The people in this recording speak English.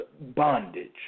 bondage